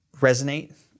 resonate